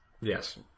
Yes